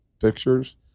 pictures